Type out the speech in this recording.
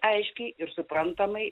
aiškiai ir suprantamai